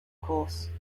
course